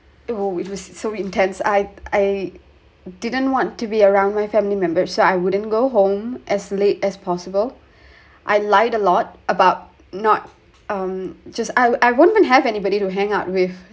It !wow! it was so intense I I didn't want to be around my family members so I wouldn't go home as late as possible I lied a lot about not um just I I wouldn't have anybody to hang out with